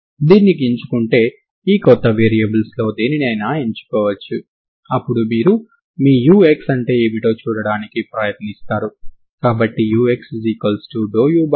దీన్ని ఎంచుకుంటే ఈ కొత్త వేరియబుల్స్ లో దేనినైనా ఎంచుకోవచ్చు అప్పుడు మీరు మీ ux అంటే ఏమిటో చూడటానికి ప్రయత్నిస్తారు కాబట్టి ux∂u∂α